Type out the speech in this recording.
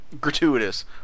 gratuitous